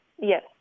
Yes